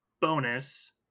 bonus